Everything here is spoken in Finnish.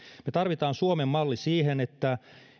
me tarvitsemme suomen mallin siihen että